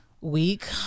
week